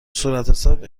صورتحساب